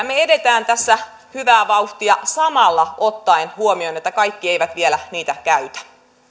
me etenemme tässä hyvää vauhtia samalla ottaen huomioon että kaikki eivät vielä niitä käytä